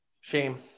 Shame